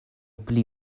pli